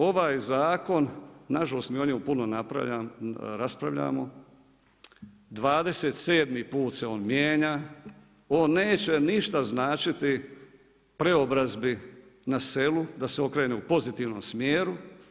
Ovaj zakon, nažalost, o njemu puno raspravljamo, 27 put se on mijenja, on neće ništa značiti preobrazbi na selu da se okrene u pozitivnom smjeru.